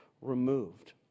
removed